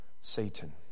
Satan